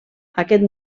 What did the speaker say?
aquest